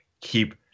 keep